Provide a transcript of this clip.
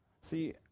See